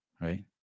right